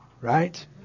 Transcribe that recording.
Right